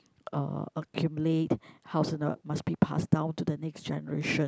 uh accumulate housing uh must be pass down to the next generation